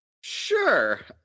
Sure